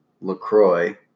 LaCroix